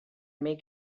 make